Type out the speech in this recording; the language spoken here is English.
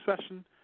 session